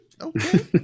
Okay